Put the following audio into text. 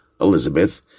Elizabeth